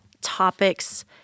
topics